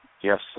Yes